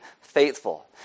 faithful